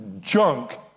junk